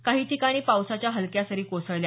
काही ठिकाणी पावसाच्या हलक्या सरी कोसळल्या